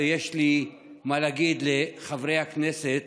ויש לי מה להגיד לחברי הכנסת